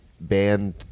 band